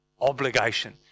obligation